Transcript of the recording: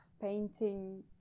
painting